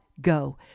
go